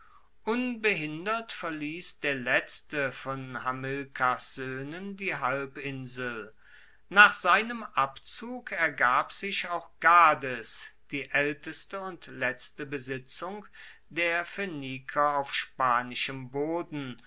unbehindert verliess der letzte von hamilkars soehnen die halbinsel nach seinem abzug ergab sich auch gades die aelteste und letzte besitzung der phoeniker auf spanischem boden